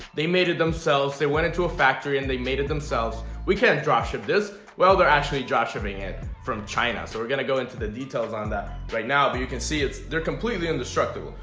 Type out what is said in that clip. they made it themselves they went into a factory and they made it themselves. we can't dropship this. this. well, they're actually drop shipping it from china so we're gonna go into the details on that right now, but you can see it's they're completely indestructible.